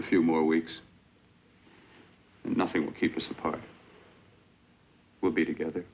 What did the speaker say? a few more weeks nothing will keep us apart we'll be together